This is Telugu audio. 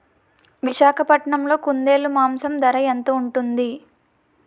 విశాఖపట్నంలో కుందేలు మాంసం ఎంత ధర ఉంటుంది?